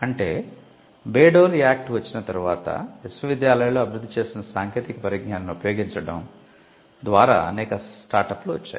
అంటే Bayh Dole act వచ్చిన తర్వాత విశ్వవిద్యాలయాలలో అభివృద్ధి చేసిన సాంకేతిక పరిజ్ఞానాన్ని ఉపయోగించడం ద్వారా అనేక స్టార్టప్లు వచ్చాయి